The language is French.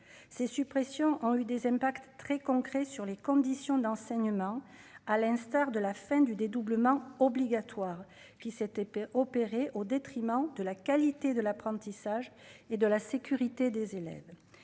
ces suppressions ont eu des impacts très concrets sur les conditions d'enseignement à l'instar de la fin du dédoublement obligatoire qui s'était fait opéré au détriment de la qualité de l'apprentissage et de la sécurité des élèves,